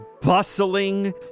bustling